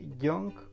young